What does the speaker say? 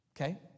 okay